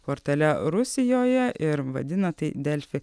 portale rusijoje ir vadina tai delfi